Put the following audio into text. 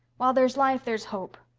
while there's life there's hope.